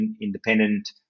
independent